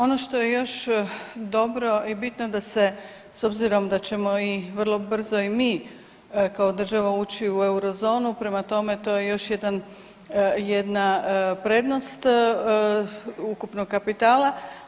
Ono što je još dobro i bitno da se, s obzirom da ćemo i vrlo brzo i mi, kao država ući u Eurozonu, prema tome to je još jedan, jedna prednost ukupnog kapitala.